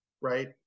right